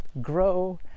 grow